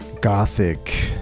gothic